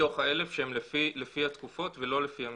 מתוך ה-1,000 שהם לפי התקופות ולא לפי המסוכנות.